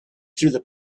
through